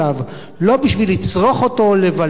לבלות סביבו ולקנות אותו.